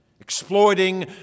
exploiting